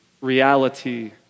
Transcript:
reality